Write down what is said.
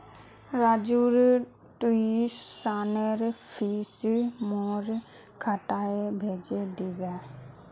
राजूर ट्यूशनेर फीस मोर खातात भेजे दीबो